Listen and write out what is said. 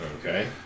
Okay